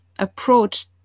approach